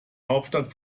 hauptstadt